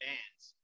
Bands